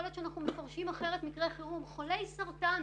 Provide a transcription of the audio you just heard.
להיות שאנחנו מפרשים אחרת מקרי חירום חולי סרטן